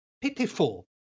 pitiful